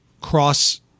cross